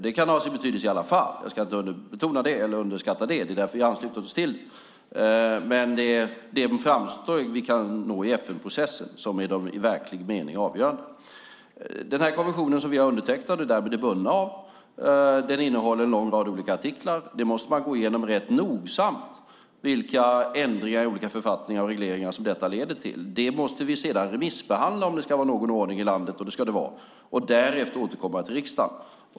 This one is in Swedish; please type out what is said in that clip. Den kan ha sin betydelse i alla fall - jag ska inte underskatta det, och det är därför vi har anslutit oss - men det är de framsteg vi kan nå i FN-processen som är de verkligt avgörande. Den konvention vi har undertecknat och därmed är bundna av innehåller en lång rad olika artiklar. Man måste rätt nogsamt gå igenom vilka ändringar i olika författningar och regleringar detta leder till, och om det ska vara någon ordning i landet - och det ska det ju - måste man sedan remissbehandla det innan man kan återkomma till riksdagen.